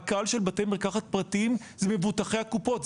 הקהל של בתי המרקחת הפרטיים זה מבוטחי הקופות,